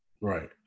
Right